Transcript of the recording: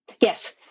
Yes